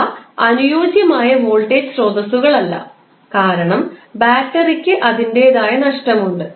അവ അനുയോജ്യമായ വോൾട്ടേജ് സ്രോതസ്സുകളല്ല കാരണം ബാറ്ററിക്ക് അതിന്റേതായ നഷ്ടമുണ്ട്